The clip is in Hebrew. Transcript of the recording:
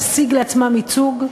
להשיג לעצמם ייצוג.